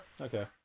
okay